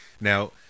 Now